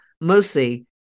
mostly